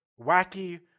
Wacky